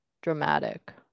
dramatic